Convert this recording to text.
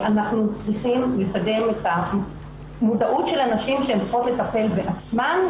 אנחנו צריכים לקדם את המודעות של הנשים שהן צריכות לטפל בעצמן,